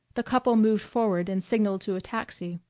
the couple moved forward and signalled to a taxi.